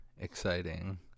exciting